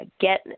get